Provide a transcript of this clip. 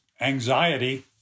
anxiety